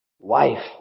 wife